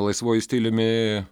laisvuoju stiliumi